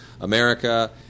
America